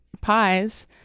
pies